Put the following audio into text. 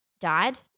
died